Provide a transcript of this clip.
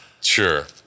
sure